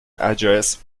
address